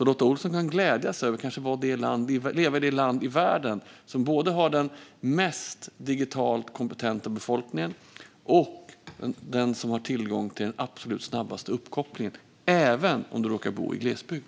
Lotta Olsson kan alltså glädjas över att leva i det land i världen som både har den mest digitalt kompetenta befolkningen och den största tillgången till den absolut snabbaste uppkopplingen även om man råkar bo i glesbygd.